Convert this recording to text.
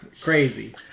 Crazy